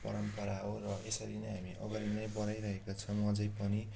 परम्परा हो र यसरी नै हामी अगाडि नै बढाइरहेका छौँ अझै पनि